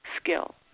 skill